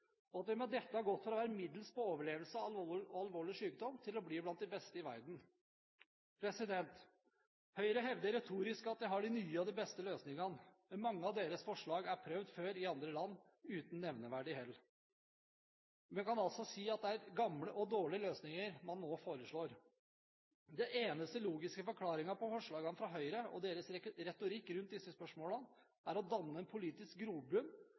og at vi med dette har gått fra å være middels på overlevelse med alvorlig sykdom til å bli blant de beste i verden. Høyre hevder retorisk at de har de nye og de beste løsningene, men mange av deres forslag er prøvd før i andre land – uten nevneverdig hell. Man kan si at det er gamle og dårlige løsninger man nå foreslår. Den eneste logiske forklaringen på forslagene fra Høyre og deres retorikk rundt disse spørsmålene er at de vil danne politisk grobunn for en